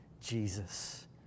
Jesus